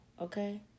Okay